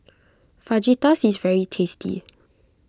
Fajitas is very tasty